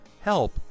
help